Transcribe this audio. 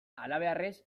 halabeharrez